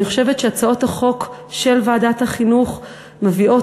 אני חושבת שהצעות החוק של ועדת החינוך מביאות